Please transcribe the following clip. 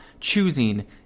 choosing